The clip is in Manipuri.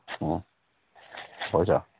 ꯎꯝ ꯍꯣꯏ ꯁꯥꯔ